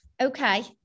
Okay